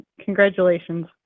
Congratulations